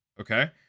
Okay